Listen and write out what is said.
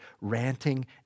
ranting